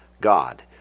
God